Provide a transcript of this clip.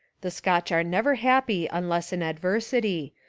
the scotch are never happy unless in adversity,